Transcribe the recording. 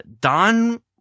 Don